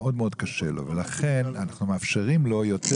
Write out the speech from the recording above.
מאוד מאוד קשה לו ולכן אנחנו מאפשרים לו בחירת